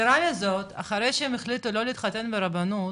יתרה מזאת, אחרי שהם החליטו לא להתחתן ברבנות,